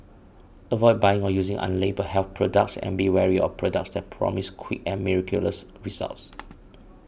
avoid buying or using unlabelled health products and be wary of products that promise quick and miraculous results